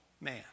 man